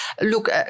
look